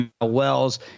Wells